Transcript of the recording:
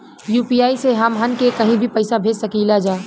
UPI से हमहन के कहीं भी पैसा भेज सकीला जा?